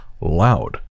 loud